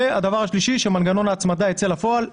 והדבר השלישי, שמנגנון ההצמדה ייצא לפועל.